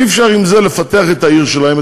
אי-אפשר עם זה לפתח את העיר שלהם,